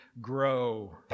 grow